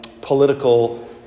political